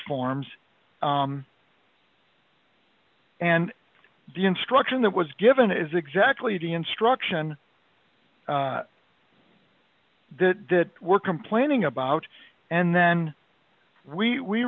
forms and the instruction that was given is exactly the instruction that were complaining about and then we